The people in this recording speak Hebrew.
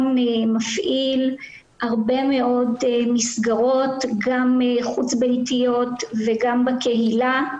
מפעיל הרבה מאוד מסגרות גם חוץ ביתיות וגם בקהילה,